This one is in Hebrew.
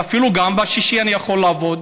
אז אפילו בשישי אני יכול לעבוד.